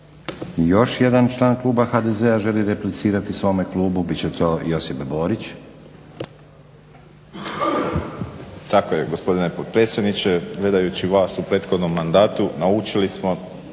Još jedan član Kluba HDZ-a želi replicirati svome klubu. Bit će to Josip Borić. **Borić, Josip (HDZ)** Tako je gospodine potpredsjedniče. Gledajući vas u prethodnom mandatu naučili smo